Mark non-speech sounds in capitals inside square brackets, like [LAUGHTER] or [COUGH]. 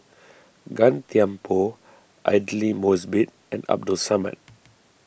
[NOISE] Gan Thiam Poh Aidli Mosbit and Abdul Samad